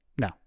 No